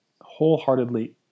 wholeheartedly